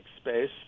space